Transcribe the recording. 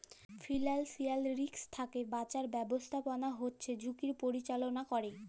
financial risk থ্যাকে বাঁচার ব্যাবস্থাপনা হচ্যে ঝুঁকির পরিচাললা ক্যরে